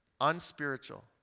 unspiritual